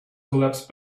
collapsed